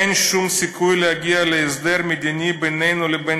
אין שום סיכוי להגיע להסדר מדיני בינינו לבין